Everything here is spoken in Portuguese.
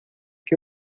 que